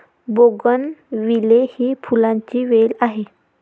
bougainvillea ही फुलांची वेल आहे